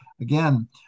again